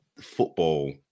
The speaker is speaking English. football